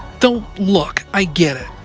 though, look, i get it,